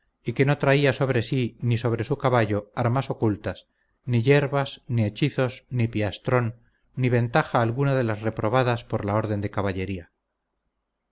y que no traía sobre sí ni sobre su caballo armas ocultas ni yerbas ni hechizos ni piastrón ni ventaja alguna de las reprobadas por la orden de caballería